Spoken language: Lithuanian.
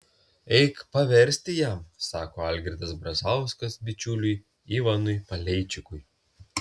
eik paversti jam sako algirdas brazauskas bičiuliui ivanui paleičikui